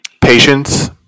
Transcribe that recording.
Patience